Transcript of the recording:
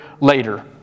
later